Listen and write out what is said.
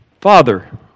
Father